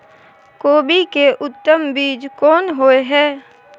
कोबी के उत्तम बीज कोन होय है?